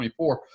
24